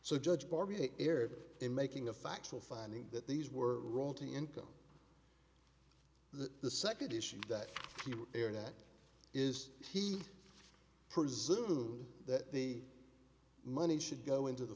so judge barbie erred in making a factual finding that these were roll to income the second issue that they are that is he presumed that the money should go into the